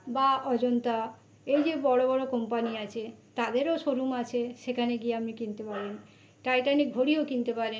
বা অজন্তা এই যে বড় বড় কোম্পানি আছে তাদেরও শোরুম আছে সেখানে গিয়ে আপনি কিনতে পারেন টাইটানের ঘড়িও কিনতে পারেন